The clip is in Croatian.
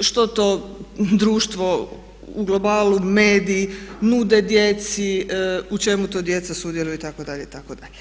što to društvo u globalu, mediji nude djeci, u čemu to djeca sudjeluju itd. itd.